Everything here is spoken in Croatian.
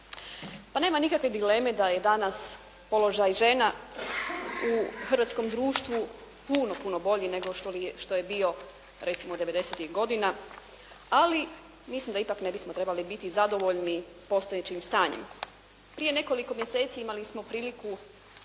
Pa nema nikakve dileme da je danas položaj žena u hrvatskom društvu puno, puno bolji nego što je bio recimo devedesetih godina ali mislim da ipak ne bismo trebali biti zadovoljni postojećim stanjem. Prije nekoliko mjeseci imali smo priliku